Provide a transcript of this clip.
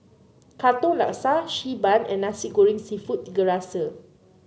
Katong Laksa Xi Ban and Nasi Goreng seafood Tiga Rasa